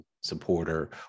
supporter